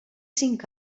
cinc